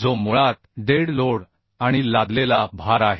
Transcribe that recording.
जो मुळात dead load आणि लादलेला भार आहे